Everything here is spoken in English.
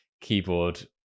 keyboard